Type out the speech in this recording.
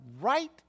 right